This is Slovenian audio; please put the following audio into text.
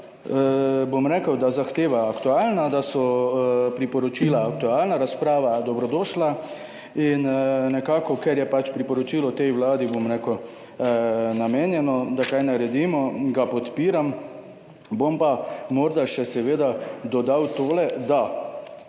bom rekel, da zahteva aktualna, da so priporočila aktualna razprava dobrodošla in nekako, ker je pač priporočilo tej Vladi, bom rekel, namenjeno, da kaj naredimo, ga podpiram. Bom pa morda še seveda dodal tole, da